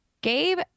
Gabe